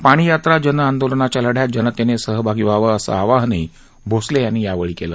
पाणीयात्रा जन आंदोलनाच्या लढ्यात जनतेनं सहभागी व्हावं असं आवाहनही भोसले यांनी यावेळी केलं